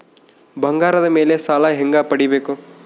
ಬಂಗಾರದ ಮೇಲೆ ಸಾಲ ಹೆಂಗ ಪಡಿಬೇಕು?